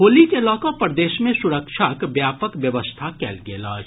होली के लऽ कऽ प्रदेश मे सुरक्षाक व्यापक व्यवस्था कयल गेल अछि